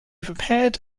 prepared